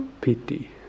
pity